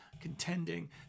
contending